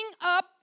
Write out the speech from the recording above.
up